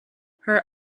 her